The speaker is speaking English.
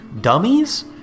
Dummies